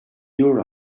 your